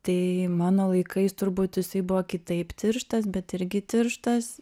tai mano laikais turbūt jisai buvo kitaip tirštas bet irgi tirštas